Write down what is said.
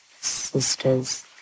sisters